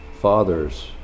father's